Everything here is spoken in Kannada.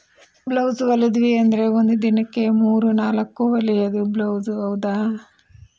ಬ್ಲೌಸ್ ಹೊಲಿದ್ವಿ ಅಂದರೆ ಒಂದು ದಿನಕ್ಕೆ ಮೂರು ನಾಲ್ಕು ಹೊಲಿಯೋದು ಬ್ಲೌಸ್ ಹೌದಾ